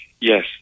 Yes